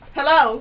Hello